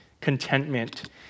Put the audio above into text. contentment